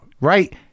right